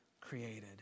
created